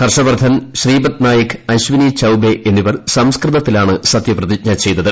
ഹർഷവർദ്ധൻ ശ്രീപദ്നായിക് അശിനി ചൌബേ എന്നിവർ സംസ്കൃതത്തിലാണ് സത്യപ്രതിജ്ഞ ചെയ്തത്